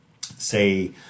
say